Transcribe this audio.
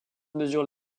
mesures